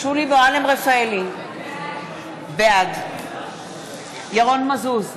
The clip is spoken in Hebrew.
שולי מועלם-רפאלי, בעד ירון מזוז,